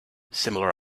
similar